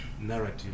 narrative